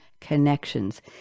connections